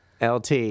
Lt